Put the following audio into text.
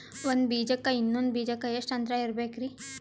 ಒಂದ್ ಬೀಜಕ್ಕ ಇನ್ನೊಂದು ಬೀಜಕ್ಕ ಎಷ್ಟ್ ಅಂತರ ಇರಬೇಕ್ರಿ?